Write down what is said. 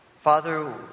Father